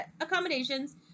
accommodations